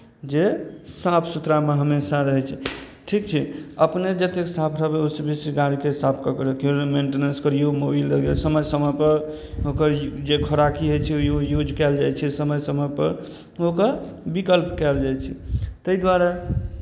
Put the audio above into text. जे साफ सुथरामे हमेशा रहै छै ठीक छै अपने जतेक साफ रहबै ओहिसँ बेसी गाड़ीकेँ साफ कऽ कऽ रखियौ मेंटेनेंस करियौ मोबील दऽ कऽ समय समयपर ओकर यू जे खोराकी होइ छै ओहियो यूज कयल जाइ छै समय समयपर ओकर विकल्प कयल जाइ छै ताहि दुआरे